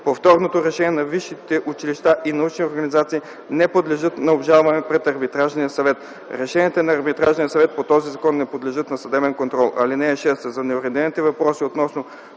Повторното решение на висшите училища и научни организации не подлежи на обжалване пред Арбитражния съвет. (5) Решенията на Арбитражния съвет по този закон не подлежат на съдебен контрол. (6) За неуредените въпроси относно